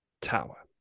tower